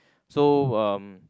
so uh